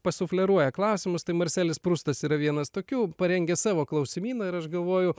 pasufleruoja klausimus tai marselis prustas yra vienas tokių parengė savo klausimyną ir aš galvoju